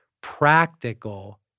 practical